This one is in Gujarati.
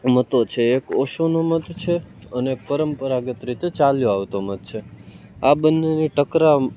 મતો છે એક ઓશોનો મત છે અને પરંપરાગત રીતે ચાલ્યો આવતો મત છે આ બંનેની ટકરાવ